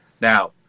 Now